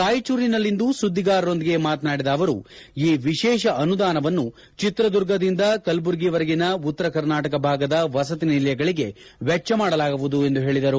ರಾಯಚೂರಿನಲ್ಲಿಂದು ಸುದ್ದಿಗಾರರೊಂದಿಗೆ ಮಾತನಾಡಿದ ಅವರು ಈ ವಿಶೇಷ ಅನುದಾನವನ್ನು ಚಿತ್ರದುರ್ಗದಿಂದ ಕಲಬುರಗಿವರೆಗಿನ ಉತ್ತರ ಕರ್ನಾಟಕ ಭಾಗದ ವಸತಿ ನಿಲಯಗಳಗೆ ವೆಚ್ಚ ಮಾಡಲಾಗುವುದು ಎಂದು ಹೇಳಿದರು